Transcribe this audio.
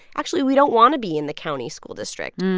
actually, we don't want to be in the county school district.